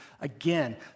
Again